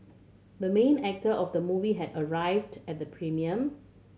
the main actor of the movie had arrived at the premiere